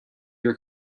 your